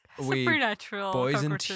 Supernatural